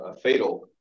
fatal